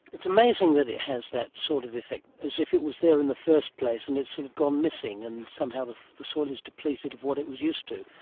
it's amazing that it has that sort of effect, as if it was there in the first place and it has sort of gone missing and somehow the the soil is depleted of what it was used to.